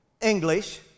English